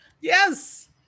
Yes